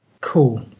Cool